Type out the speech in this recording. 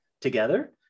together